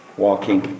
walking